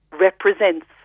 represents